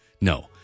no